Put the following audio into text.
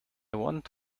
want